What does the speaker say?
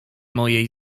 mojej